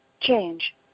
change